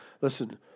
listen